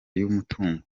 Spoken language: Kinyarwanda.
y’umutungo